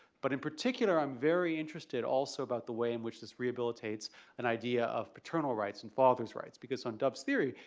but in particular i'm very interested also about the way in which this rehabilitates an idea of paternal rights and fathers' rights because on dov's theory,